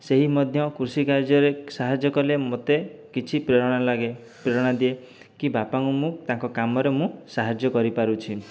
ସେହି ମଧ୍ୟ କୃଷି କାଯ୍ୟକାର୍ଯ୍ୟରେ ସାହାଯ୍ୟ କଲେ ମୋତେ କିଛି ପ୍ରେରଣା ଲାଗେ ପ୍ରେରଣା ଦିଏ କି ବାପାଙ୍କୁ ମୁଁ ତାଙ୍କ କାମରେ ମୁଁ ସାହାଯ୍ୟ କରିପାରୁଛି